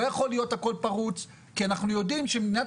לא יכול להיות הכול פרוץ כי אנחנו יודעים שבמדינת